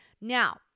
Now